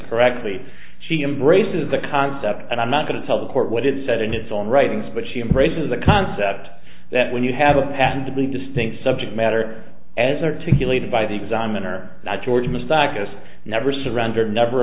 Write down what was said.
correctly she embraces the concept and i'm not going to tell the court what it said in its own writings but she embraces the concept that when you have a passion to be distinct subject matter as articulated by the examiner that george misdiagnose never surrender never